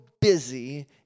busy